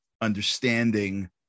understanding